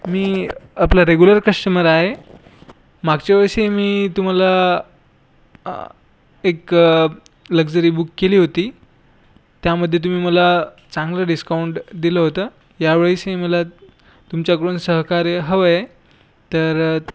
मी आपला regular customer आहे मागच्या वर्षी मी तुम्हाला एक लक्जरी बुक केली होती त्यामध्ये तुम्ही मला चांगलं डिस्काऊंट दिलं होतं या वेळेसही मला तुमच्याकडून सहकार्य हवं आहे तर